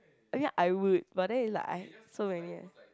ya I would but then it's like I have so many eh